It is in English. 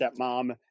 stepmom